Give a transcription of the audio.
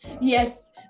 yes